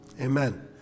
Amen